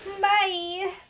Bye